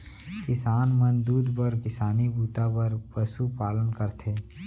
किसान मन दूद बर किसानी बूता बर पसु पालन करथे